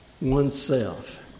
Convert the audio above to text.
oneself